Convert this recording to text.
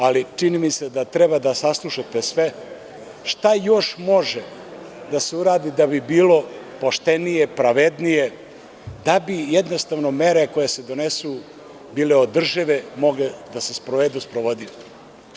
Ali, čini mi se da treba da saslušate sve, šta još može da se uradi da bi bilo poštenije, pravednije, da bi mere koje se donesu bile održive i mogle da se sprovedu sprovodljivo.